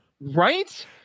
Right